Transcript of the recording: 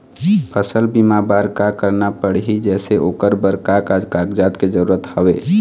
फसल बीमा बार का करना पड़ही जैसे ओकर बर का का कागजात के जरूरत हवे?